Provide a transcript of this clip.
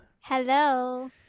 Hello